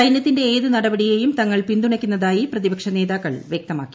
സൈന്യത്തിന്റെ ഏത് നടപടിയേയും തങ്ങൾ പിന്തുണയ്ക്കുന്നതായി പ്രതിപക്ഷ നേതാക്കൾ വ്യക്തമാക്കി